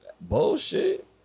bullshit